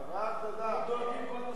תם סדר-היום.